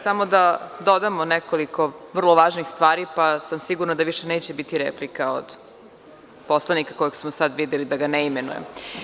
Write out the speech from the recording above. Samo da dodam nekoliko vrlo važnih stvari, pa sam sigurna da više neće biti replika od poslanika kojeg smo sada videli, da ga ne imenujem.